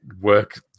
work